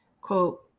quote